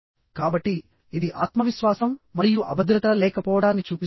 కాబట్టిఇది ఆత్మవిశ్వాసం మరియు అభద్రత లేకపోవడాన్ని చూపిస్తుంది